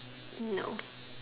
no